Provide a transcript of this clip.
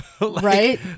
Right